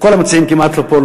שכמעט כל המציעים אינם פה,